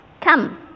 Come